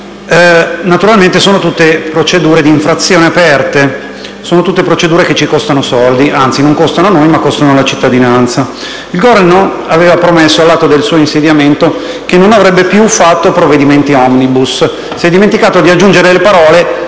Naturalmente sono tutte procedure di infrazione aperte, sono tutte procedure che ci costano soldi (o meglio, non costano a noi ma alla cittadinanza). Il Governo aveva promesso, all'atto del suo insediamento, che non avrebbe più fatto provvedimenti *omnibus*; si è dimenticato di aggiungere le parole